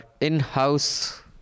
in-house